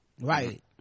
right